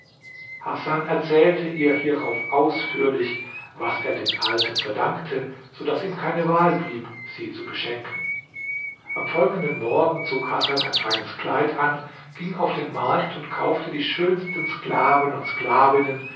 hasan erzählte ihr hierauf ausführlich was er den alten verdankte so daß ihm keine wahl blieb sie zu beschenken am folgenden morgen zog hasan ein feines kleid an ging auf den markt und kaufte die schönsten sklaven und sklavinnen